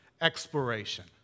exploration